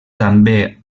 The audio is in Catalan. també